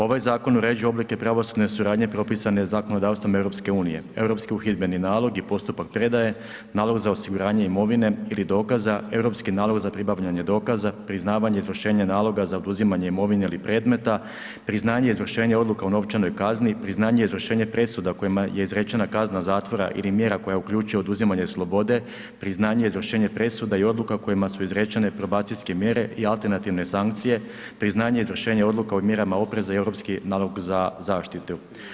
Ovaj zakon uređuje oblike pravosudne suradnje propisane zakonodavstvom Europske unije: europski uhidbeni nalog i postupak predaje, nalog za osiguranje imovine ili dokaza, europski nalog za pribavljanje dokaza, priznavanje izvršenje naloga za oduzimanje imovine ili predmeta, priznanje izvršenja odluka o novčanoj kazni, priznanje izvršenje presuda kojima je izrečena kazna zatvora ili mjera koja uključuje oduzimanje slobode, priznanje izvršenja presuda i odluka kojima su izrečene probacijske mjere i alternativne sankcije, priznanje izvršenja odluka o mjerama opreza i europski nalog za zaštitu.